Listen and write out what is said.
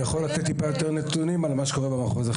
הוא יכול לתת קצת יותר נתונים על מה שקורה במחוז החרדי.